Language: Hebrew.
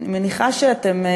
אני מניחה שאתם,